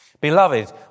Beloved